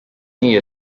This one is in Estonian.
nii